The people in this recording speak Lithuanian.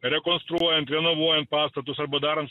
rekonstruojant renovuojant pastatus arba darant